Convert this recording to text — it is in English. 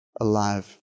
alive